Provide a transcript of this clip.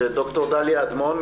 ד"ר דליה אדמון,